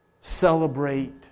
celebrate